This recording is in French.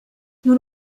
nous